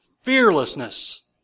fearlessness